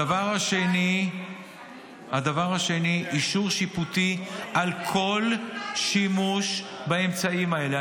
הדבר השני: אישור שיפוטי על כל שימוש באמצעים האלה.